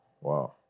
Wow